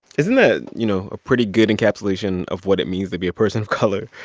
isn't that, you know, a pretty good encapsulation of what it means to be a person of color?